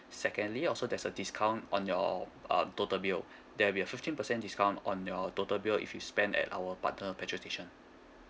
secondly also there's a discount on your uh total bill there'll be a fifteen percent discount on your total bill if you spend at our partner petrol station